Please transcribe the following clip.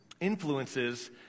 influences